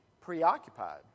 preoccupied